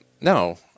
No